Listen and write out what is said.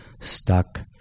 stuck